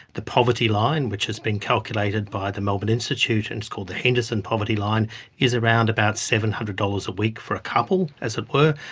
the poverty line, which has been calculated by the melbourne institute and it's called the henderson poverty line is around about seven hundred dollars a week for a couple, as it were,